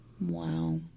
Wow